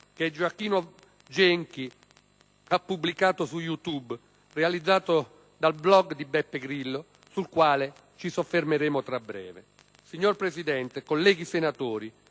che Gioacchino Genchi ha pubblicato su «You tube», realizzato dal blogdi Beppe Grillo, sul quale ci soffermeremo tra breve. Signor Presidente, colleghi senatori,